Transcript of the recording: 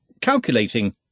calculating